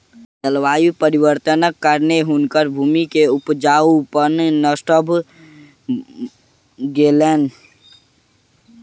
जलवायु परिवर्तनक कारणेँ हुनकर भूमि के उपजाऊपन नष्ट भ गेलैन